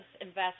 invest